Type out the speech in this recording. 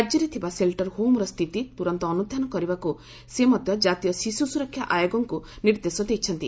ରାଜ୍ୟରେ ଥିବା ସେଲଟର ହୋମର ସ୍ଥିତି ତୁରନ୍ତ ଅନୁଧ୍ୟାନ କରିବାକୁ ସେ ମଧ୍ୟ ଜାତୀୟ ଶିଶୁ ସୁରକ୍ଷା ଆୟୋଗଙ୍କୁ ନିର୍ଦ୍ଦେଶ ଦେଇଛନ୍ତି